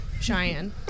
Cheyenne